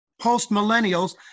post-millennials